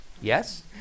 Yes